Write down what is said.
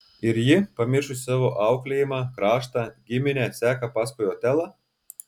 ir ji pamiršusi savo auklėjimą kraštą giminę seka paskui otelą